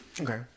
Okay